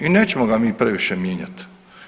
I nećemo ga mi previše mijenjati.